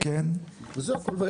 וזה הכול.